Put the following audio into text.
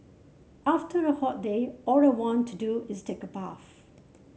after a hot day all I want to do is take a bath